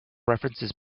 references